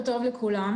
בבקשה.